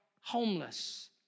homeless